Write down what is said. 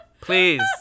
Please